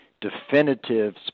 definitive